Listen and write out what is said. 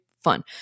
fun